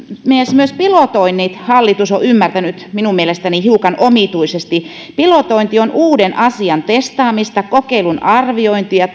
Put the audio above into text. myös pilotoinnit hallitus on ymmärtänyt minun mielestäni hiukan omituisesti pilotointi on uuden asian testaamista kokeilun arviointia